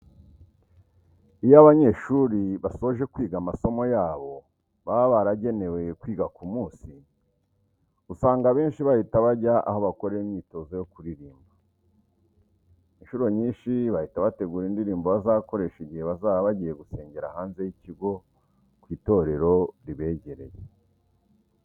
Iyo abanyeshuri basoje kwiga amasomo yabo baba baragenewe kwiga ku munsi usanga abenshi bahita bajya aho bakorera imyitozo yo kuririmba. Inshuro nyinshi bahita bategura indirimbo bazakoresha igihe bazaba bagiye gusengera hanze y'ikigo ku itorero ribegereye.